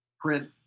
print